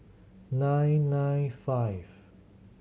nine nine five